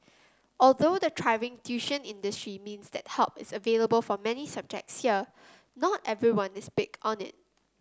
although the thriving tuition industry means that help is available for many subjects here not everyone is big on it